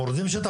מורידים שטח,